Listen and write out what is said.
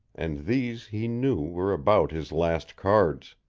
and these, he knew, were about his last cards.